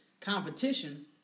competition